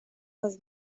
was